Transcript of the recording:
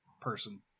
person